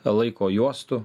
laiko juostų